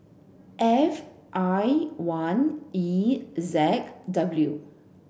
F I one E Z W